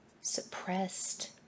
suppressed